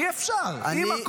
הפכתם את